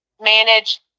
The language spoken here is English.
manage